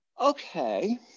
Okay